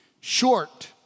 short